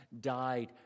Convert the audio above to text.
died